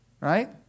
right